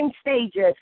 stages